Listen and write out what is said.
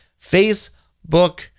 Facebook